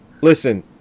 Listen